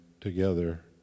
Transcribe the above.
together